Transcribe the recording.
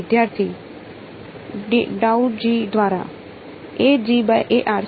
વિદ્યાર્થી Dou G દ્વારા